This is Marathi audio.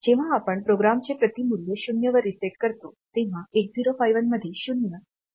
जेव्हा आपण प्रोग्रामचे प्रति मूल्य 0 वर रीसेट करतो तेव्हा 8051 मध्ये 0 ची काही नोंदवही मूल्य असते